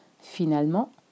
Finalement